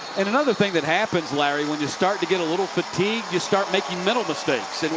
and another thing that happens larry when you start to get a little fatigued, you start making mental mistakes.